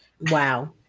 Wow